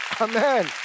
Amen